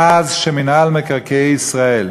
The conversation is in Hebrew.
מאז הפך מינהל מקרקעי ישראל